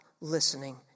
listening